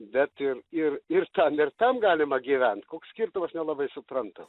bet ir ir ir tam ir tam galima gyvent koks skirtumas nelabai suprantam